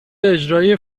اجرایی